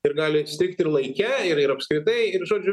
ir gali strigti ir laike ir ir apskritai ir žodžiu